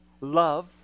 love